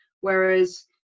Whereas